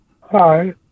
Hi